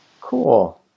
Cool